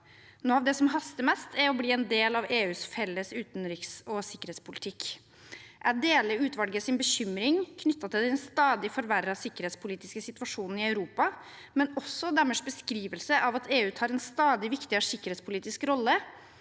Noe av det som haster mest, er å bli en del av EUs felles utenriks- og sikkerhetspolitikk. Jeg deler utvalgets bekymring knyttet til den stadig forverrede sikkerhetspolitiske situasjonen i Europa, men også deres beskrivelse av at EU tar en stadig viktigere sikkerhetspolitisk rolle,